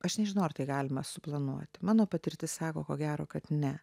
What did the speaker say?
aš nežinau ar tai galima suplanuoti mano patirtis sako ko gero kad ne